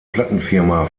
plattenfirma